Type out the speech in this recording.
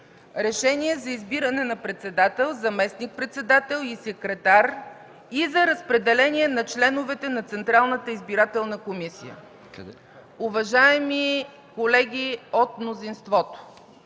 Решение за избиране на председател, заместник-председатели и секретар и за разпределение на членовете на Централната избирателна комисия. Уважаеми колеги от мнозинството,